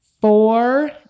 four